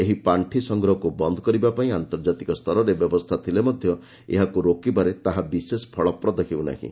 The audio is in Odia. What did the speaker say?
ଏହି ପାର୍ଷି ସଂଗ୍ରହକୁ ବନ୍ଦ କରିବା ପାଇଁ ଆନ୍ତର୍ଜାତିକ ସ୍ତରରେ ବ୍ୟବସ୍ଥା ଥିଲେ ମଧ୍ୟ ଏହାକୁ ରୋକିବାରେ ତାହା ବିଶେଷ ଫଳପ୍ରଦ ହେଉନାହିଁ